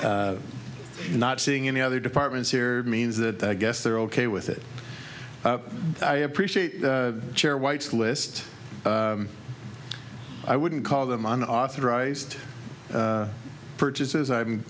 not seeing any other departments here means that i guess they're ok with it i appreciate the chair whites list i wouldn't call them on authorized purchases i'